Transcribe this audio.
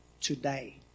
today